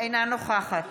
אינה נוכחת